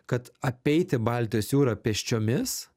kad apeiti baltijos jūrą pėsčiomis